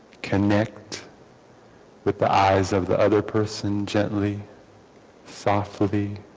connect with the eyes of the other person gently softly